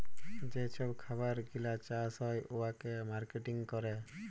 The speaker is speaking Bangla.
যে ছব খাবার গিলা চাষ হ্যয় উয়াকে মার্কেটিং ক্যরে